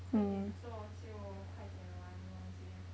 快点做就快点完 lor 这样